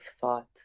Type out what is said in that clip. thought